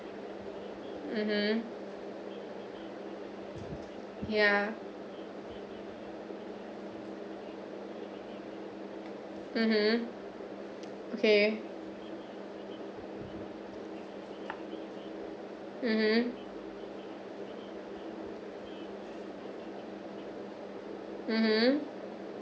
mmhmm ya mmhmm okay mmhmm mmhmm